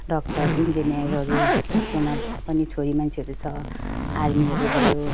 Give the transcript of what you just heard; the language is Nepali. डक्टर इन्जिनियरहरू जस्तोमा पनि छोरी मान्छेहरू छ आर्मीहरू भयो